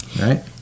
right